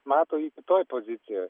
mato jį kitoj pozicijoj